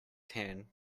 tan